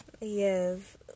Yes